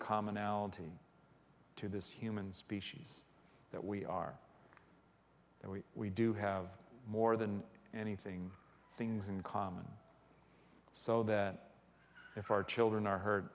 commonality to this human species that we are that we we do have more than anything things in common so that if our children are h